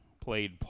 played